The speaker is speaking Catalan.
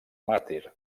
màrtir